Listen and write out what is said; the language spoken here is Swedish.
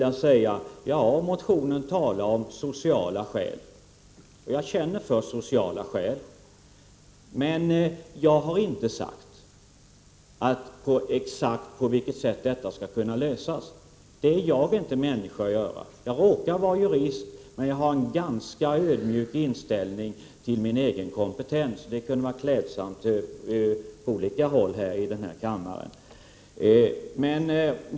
Ja, det talas om sociala skäl i motionen. Jag känner för de sociala skälen. Men jag har inte sagt exakt på vilket sätt detta problem skall kunna lösas. Det är jag inte människa att göra. Jag råkar vara jurist, men jag har en ganska ödmjuk inställning till min egen kompetens. Det kunde vara klädsamt på olika håll i denna kammare.